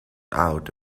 out